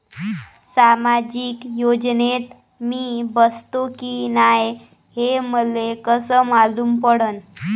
सामाजिक योजनेत मी बसतो की नाय हे मले कस मालूम पडन?